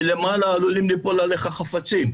מלמעלה עלולים ליפול עליך חפצים.